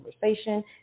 conversation